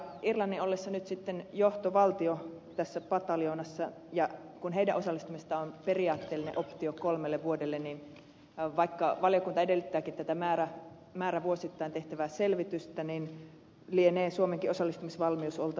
irlannin ollessa nyt sitten johtovaltio tässä pataljoonassa ja kun heidän osallistumisestaan on periaatteellinen optio kolmelle vuodelle niin vaikka valiokunta edellyttääkin tätä määrävuosittain tehtävää selvitystä niin lienee suomenkin osallistumisvalmiuden oltava tuo kolme vuotta